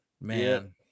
man